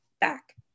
back